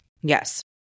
Yes